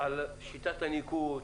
דיון על שיטת הניקוד.